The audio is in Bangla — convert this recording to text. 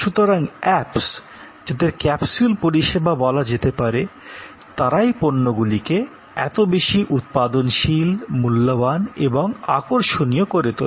সুতরাং অ্যাপস যাদের ক্যাপসুল পরিষেবা বলা যেতে পারে তারাই পণ্যগুলিকে এত বেশি উৎপাদনশীল মূল্যবান এবং আকর্ষণীয় করে তোলে